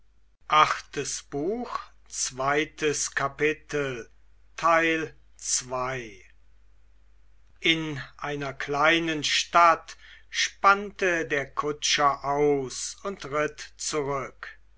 in einer kleinen stadt spannte der kutscher aus und ritt zurück